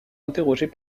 interrogés